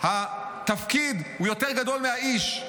התפקיד יותר גדול מהאיש,